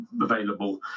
available